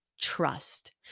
trust